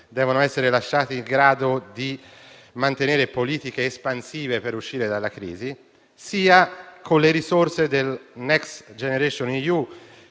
devono essere lasciati in grado di mantenere politiche espansive per uscire dalla crisi. Vi sono, poi, le risorse del Next generation EU,